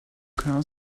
crowd